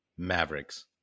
mavericks